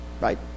Right